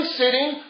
sitting